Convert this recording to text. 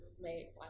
made